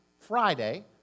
Friday